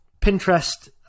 Pinterest